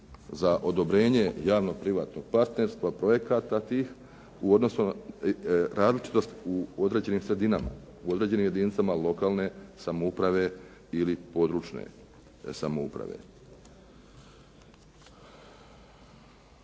za odobrenje javnog privatnog partnerstva, projekata tih u odnosu na različitost u određenim sredinama, u određenim jedinicama lokalne samouprave ili područne samouprave.